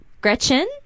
Gretchen